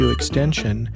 Extension